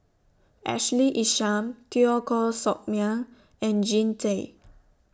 Ashley Isham Teo Koh Sock Miang and Jean Tay